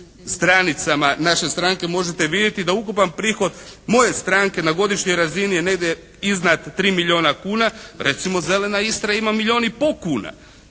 naše stranke možete vidjeti da ukupan prihod moje stranke na godišnjoj razini je negdje iznad 3 milijuna kuna, recimo "Zelena Istra" ima milijun i pol kuna.